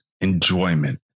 enjoyment